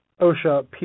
OSHA